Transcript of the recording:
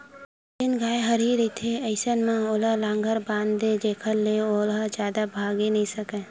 जेन गाय ह हरही रहिथे अइसन म ओला लांहगर बांध दय जेखर ले ओहा जादा भागे नइ सकय